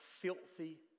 filthy